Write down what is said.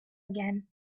again